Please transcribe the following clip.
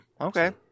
Okay